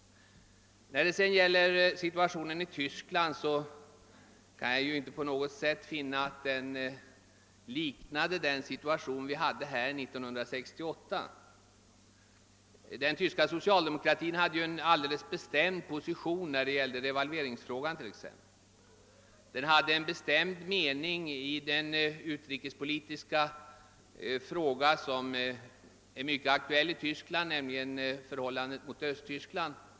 Vad sedan situationen i Tyskland angår kan jag inte finna att den på något sätt liknade den situation vi hade här i landet 1968. Den tyska socialdemokratin intog t.ex. en bestämd position i revalveringsfrågan, och den hade också en bestämd mening i den utrikespolitiska fråga som är så aktuell i Tyskland, nämligen förhållandet till Östtyskland.